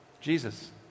Jesus